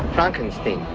frankenstein.